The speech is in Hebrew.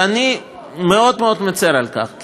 ואני מאוד מאוד מצר על כך,